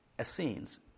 Essenes